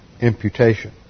imputation